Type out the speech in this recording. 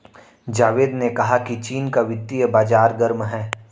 जावेद ने कहा कि चीन का वित्तीय बाजार गर्म है